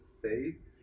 safe